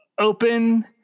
open